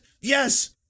Yes